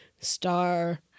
star